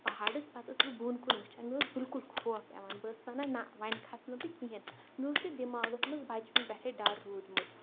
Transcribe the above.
پہاڑس پتہٕ ٲسس بہٕ بۄن کُن وٕچھان مےٚ اوس بالکُل خوف یوان بہٕ ٲسس ونان نہ وۄنۍ کھسنہٕ بہٕ کہیٖنۍ مےٚ اوس یہِ دٮ۪ماغس منٛز بچپن پٮ۪ٹھٕے ڈر روٗدمُت